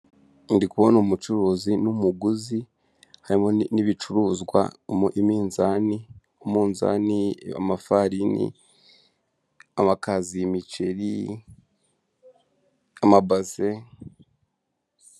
Ndi kubona umucuruzi n'umuguzi, harimo n'ibicuruzwa umunzani, amafarini, amakaziye, imiceri, amabaze.